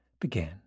began